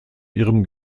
ihrem